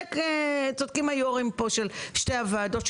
צודקים היו"רים פה של שתי הוועדות,